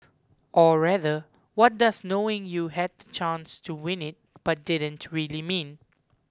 or rather what does knowing you had the chance to win it but didn't really mean